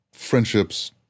friendships